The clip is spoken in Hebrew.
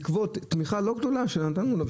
בעקבות תמיכה לא גדולה שנתנו להן,